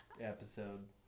episode